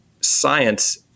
science